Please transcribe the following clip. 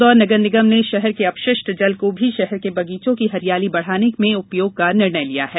इंदौर नगर निगम ने षहर के अपषिष्ट जल को भी षहर के बगीचों की हरियाली बढ़ाने में उपयोग करने का निर्णय लिया है